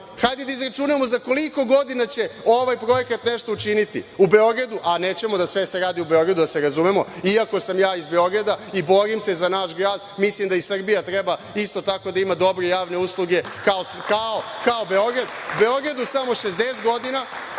Hajde da izračunamo za koliko godina će ovaj projekat nešto učiniti u Beogradu, a nećemo da se sve radi u Beogradu, da se razumemo. Iako sam iz Beograda i borim se za naš grad, mislim da i Srbija treba isto tako da ima dobre javne usluge kao Beograd. U Beogradu samo 60 godina,